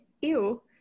ew